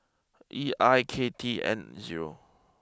E I K T N zero